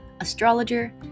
astrologer